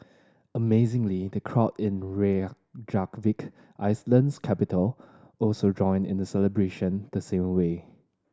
amazingly the crowd in Reykjavik Iceland's capital also joined in the celebration the same way